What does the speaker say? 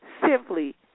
simply